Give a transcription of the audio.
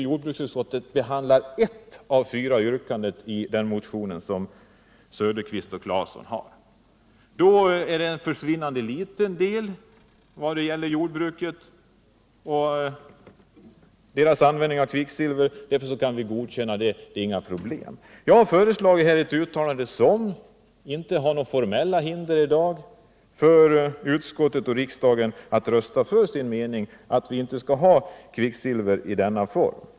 Jordbruksutskottet behandlar i detta betänkande ett av fyra yrkanden i Tore Claesons och Oswald Söderqvists motion. Jordbrukets användning av kvicksilverhaltiga bekämpningsmedel utgör en så försvinnande liten del av de kvicksilverutsläpp som förekommer att den inte utgör några problem, anses det tydligen. Jag har föreslagit ett uttalande, som det inte möter några formella hinder för riksdagen att anta och som går ut på att vi inte skall använda kvicksilver i denna form.